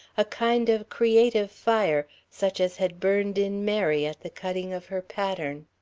a kind of creative fire, such as had burned in mary at the cutting of her pattern.